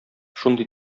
шундый